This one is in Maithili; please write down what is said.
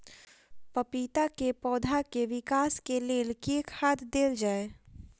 पपीता केँ पौधा केँ विकास केँ लेल केँ खाद देल जाए?